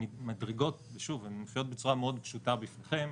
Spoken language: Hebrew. המדרגות שוב, הן מופיעות בצורה מאוד פשוטה בפניכם.